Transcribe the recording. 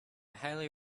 highly